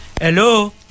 Hello